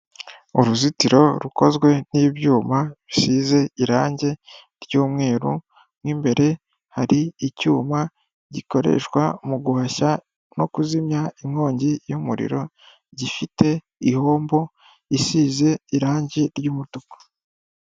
Uruzitiro rukozwe n'ibyuma bisize irangi ry'umweru mu imbere hari icyuma gikoreshwa mu guhashya no kuzimya inkongi y'umuriro gifite ihombo isize irangi ry'umutuku.